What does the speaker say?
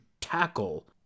tackle